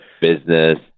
business